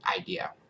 idea